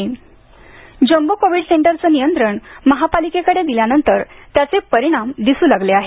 jumbo jumbo covid सेंटरचं नियंत्रण महापालिकेकडे दिल्यानंतर त्याचे परिणाम दिसू लागले आहेत